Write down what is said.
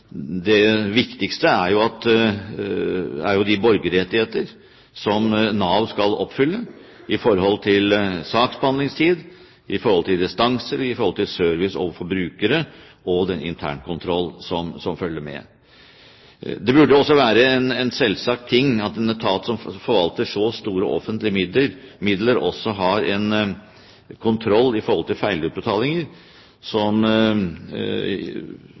Det viktigste er de borgerrettigheter som Nav skal oppfylle i forhold til saksbehandlingstid, i forhold til restanser, i forhold til service overfor brukere og den internkontroll som følger med. Det burde også være en selvsagt ting at en etat som forvalter så store offentlige midler, også har en kontroll når det gjelder feilutbetalinger,